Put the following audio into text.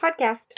podcast